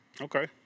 Okay